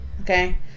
Okay